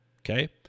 okay